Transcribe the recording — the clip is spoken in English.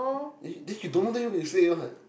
eh then you don't know then you say what